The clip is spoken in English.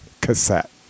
cassette